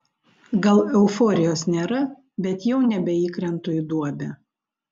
gal euforijos nėra bet jau nebeįkrentu į duobę